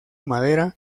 madera